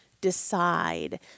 Decide